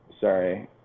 Sorry